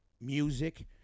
music